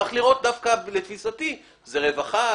צריך לראות לתפיסתי איך לעזור.